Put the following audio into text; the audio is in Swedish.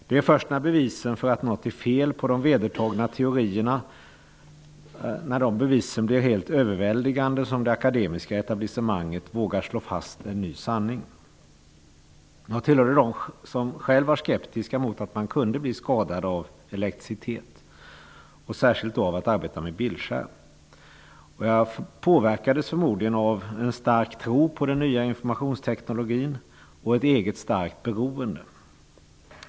Det är först när bevisen blir helt överväldigande för att något är fel på de vedertagna teorierna som det akademiska etablissemanget vågar slå fast en ny sanning. Jag tillhörde själv dem som var skeptiska mot att man kunde bli skadad av elektricitet, särskilt av att arbeta vid bildskärm. Jag påverkades förmodligen av en stark tro på den nya informationsteknologin och ett eget starkt beroende.